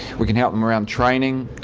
we can help them around training,